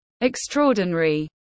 extraordinary